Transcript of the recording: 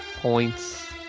points